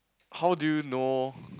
how do you know